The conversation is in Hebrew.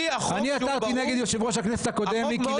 אני עתרתי נגד יושב ראש הכנסת הקודם מיקי